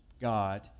God